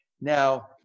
Now